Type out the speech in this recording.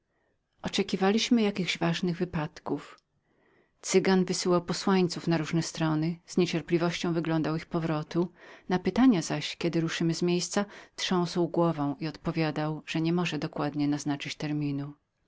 oczekiwaliśmy jakichś ważnych wypadków cygan wysyłał posłańców na różne strony z niecierpliwością wyglądał ich powrotu na zapytania zaś kiedy ruszymy z miejsca trząsł głową i odpowiadał że nie może z pewnością naznaczyć